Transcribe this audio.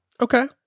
Okay